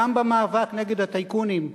גם במאבק נגד הטייקונים,